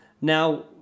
Now